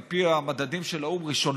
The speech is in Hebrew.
ועל פי המדדים של האו"ם,